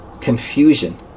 confusion